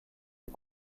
est